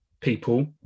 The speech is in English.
people